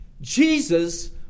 Jesus